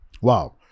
Wow